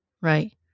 right